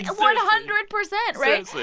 one hundred percent, right? so